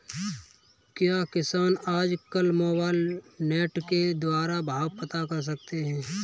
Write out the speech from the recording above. क्या किसान आज कल मोबाइल नेट के द्वारा भाव पता कर सकते हैं?